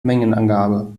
mengenangabe